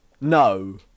No